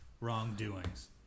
wrongdoings